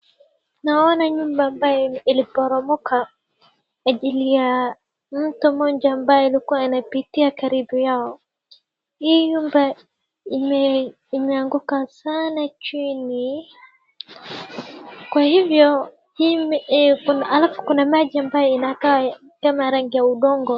Naona nyumba ambaye iliporomoka kwa ajili ya mtu mmoja ambaye alikuwa anapitia karibu yao. Hii nyumba imeanguka sana chini. Kwa hivyo, hii kuna alafu kuna maji ambayo inakaa kama rangi ya udongo.